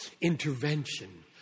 intervention